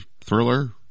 thriller